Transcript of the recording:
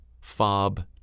fob